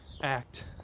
act